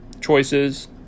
choices